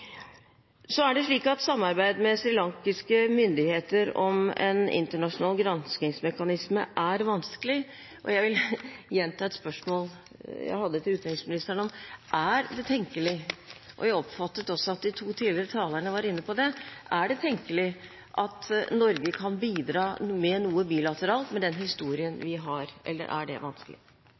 Så er det slik at samarbeidet med srilankiske myndigheter om en internasjonal granskingsmekanisme er vanskelig. Jeg vil gjenta et spørsmål jeg hadde til utenriksministeren: Er det tenkelig – og jeg oppfattet også at to tidligere talere var inne på det – at Norge kan bidra med noe bilateralt med den historien vi har, eller er det vanskelig?